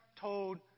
told